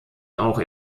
auch